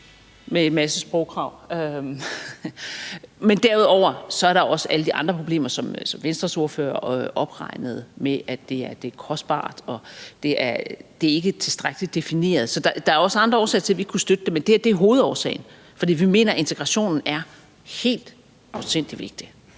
en masse sprogkrav. Men derudover er der også alle de andre problemer, som Venstres ordfører opregnede, med, at det er kostbart, og at det ikke er tilstrækkeligt defineret. Der er også andre årsager til, at vi ikke kan støtte det, men det her er hovedårsagen, for vi mener, at integrationen er helt afsindig